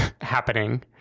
happening